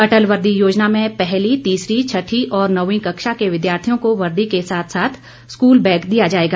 अटल वर्दी योजना में पहली तीसरी छठी और नौवीं कक्षा के विद्यार्थियों को वर्दी के साथ साथ स्कूल बैग दिया जाएगा